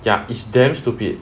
ya is damn stupid